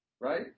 right